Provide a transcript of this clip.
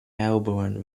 melbourne